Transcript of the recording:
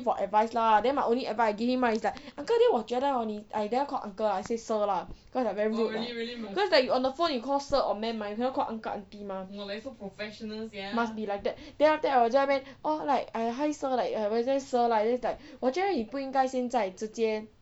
me for advice lah then my only advice I give him right is like uncle ah then 我觉得你 !aiya! I never call uncle lah I say sir lah cause like very rude lah cause like you on the phone you call sir or ma'am right you cannot call uncle aunty mah must be like that then after that ah 我在那边 orh like hi sir I will say sir like then it's like 我觉得你不应该现在直接